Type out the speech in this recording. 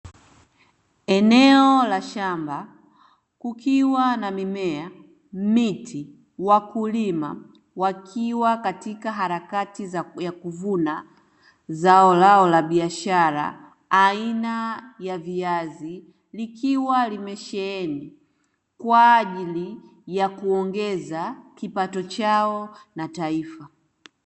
Eneo la shamba kukiwa na mimea, miti, wakulima wakiwa katika harakati ya kuvuna zao lao la biashara aina ya viazi likiwa limesheheni kwa ajili ya kuongeza kipato chao na taifa.